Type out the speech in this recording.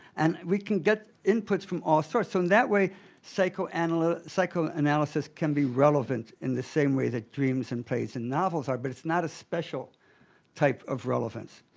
and we can get inputs from all sources. so in that way psychoanalysis psychoanalysis can be relevant in the same way that dreams and plays and novels are, but it's not a special type of relevance.